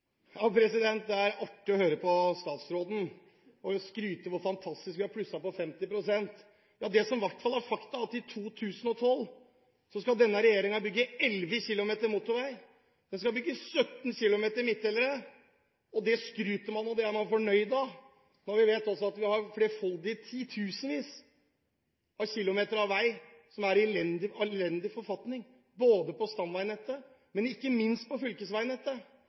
Det er artig å høre statsråden skryte av hvor fantastisk det er at man har plusset på 50 pst. Det som i hvert fall er fakta, er at i 2012 skal denne regjeringen bygge 11 km motorvei og 17 km midtdelere. Det skryter man av og er fornøyd med når vi vet at vi har flerfoldige, ja titusenvis av kilometer vei som er i elendig forfatning, både på stamveinettet og ikke minst på fylkesveinettet.